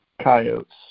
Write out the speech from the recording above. coyotes